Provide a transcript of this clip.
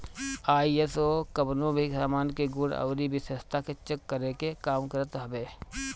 ISO कवनो भी सामान के गुण अउरी विशेषता के चेक करे के काम करत हवे